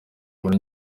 muri